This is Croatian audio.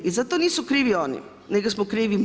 I za to nisu krivi oni, nego smo krivi mi.